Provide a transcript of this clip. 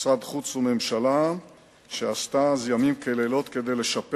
משרד חוץ וממשלה שעשתה אז ימים ולילות כדי לשפר